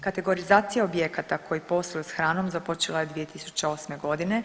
Kategorizacija objekata koji posluju sa hranom započela je 2008. godine.